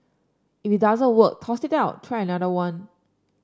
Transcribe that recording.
if it doesn't work toss it out try another one